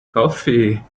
coffee